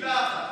מילה אחת.